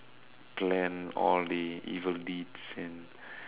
clan all the evil deeds and